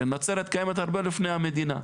הרי נצרת קיימת הרבה לפני המדינה.